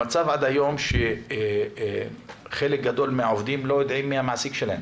המצב עד היום הוא שחלק גדול מן העובדים לא יודעים מי המעסיק שלהם